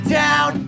down